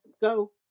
go